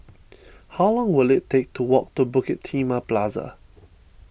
how long will it take to walk to Bukit Timah Plaza